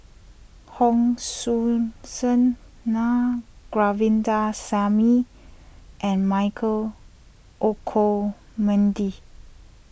Hon Sui Sen Naa Govindasamy and Michael Olcomendy